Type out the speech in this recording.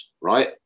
right